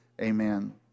Amen